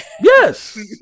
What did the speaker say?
Yes